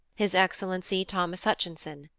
his excellency thomas hutchinson,